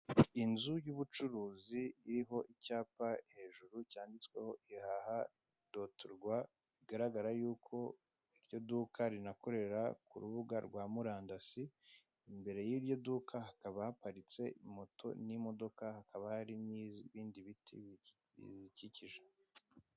Inzu y'ubucuruzi iriho icyapa hejuru cyanditseho ihaha doti rwa, bigaragara yuko iryo duka rinakorera urubuga rwo murandasi, imbere y'iryo duka hakaba haparitse moto n'imodoka hakaba hari n'ibindi biti bibikikije.